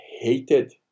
hated